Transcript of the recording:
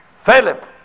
Philip